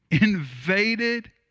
invaded